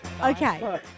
Okay